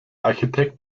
architekt